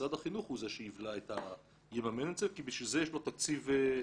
שמשרד החינוך הוא זה שיממן את זה כי בשביל זה יש לו תקציב מלגות,